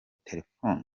telefoni